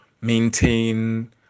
maintain